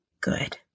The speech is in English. good